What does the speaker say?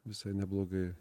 visai neblogai